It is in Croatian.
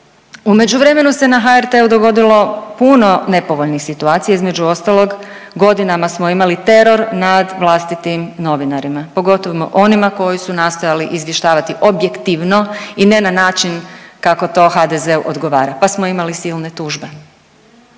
U međuvremenu se na HRT-u dogodilo puno nepovoljnih situacija, između ostalog, godinama smo imali teror nad vlastitim novinarima, pogotovo onima koji su nastojali izvještavati objektivno i ne na način kako to HDZ-u odgovara pa smo imali silne tužbe